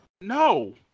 No